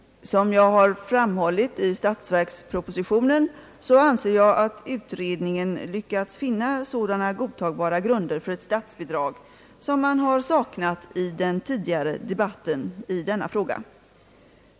Som jag har framhållit i statsverkspropositionen anser jag att utredningen lyckats finna sådana godtagbara grunder för ett statsbidrag som man förut har saknat i debatten i denna fråga.